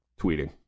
tweeting